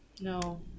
No